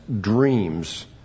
dreams